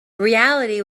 reality